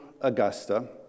Augusta